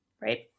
Right